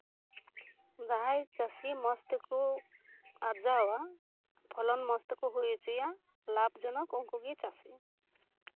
ᱡᱟᱦᱟᱭ ᱪᱟᱹᱥᱤ ᱢᱚᱸᱡᱽ ᱛᱮᱠᱚ ᱟᱨᱡᱟᱣᱟ ᱯᱷᱚᱞᱚᱱ ᱢᱚᱸᱡᱽ ᱛᱮᱠᱚ ᱦᱩᱭ ᱦᱚᱪᱚᱭᱟ ᱞᱟᱵᱷ ᱡᱚᱱᱚᱠ ᱩᱱᱠᱩ ᱜᱮ ᱪᱟᱹᱥᱤ